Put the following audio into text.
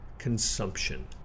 consumption